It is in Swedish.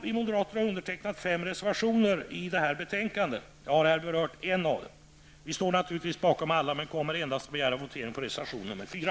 Vi moderater har undertecknat fem reservationer till detta betänkande. Jag har här berört en av dem. Vi står naturligtvis bakom alla reservationerna men kommer endast att begära votering på reservation nr 4.